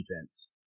defense